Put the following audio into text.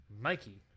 Mikey